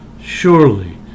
Surely